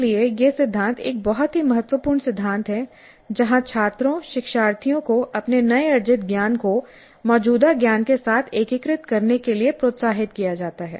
इसलिए यह सिद्धांत एक बहुत ही महत्वपूर्ण सिद्धांत है जहां छात्रों शिक्षार्थियों को अपने नए अर्जित ज्ञान को मौजूदा ज्ञान के साथ एकीकृत करने के लिए प्रोत्साहित किया जाता है